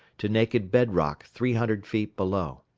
to naked bed-rock three hundred feet below.